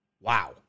Wow